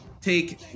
take